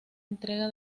entrega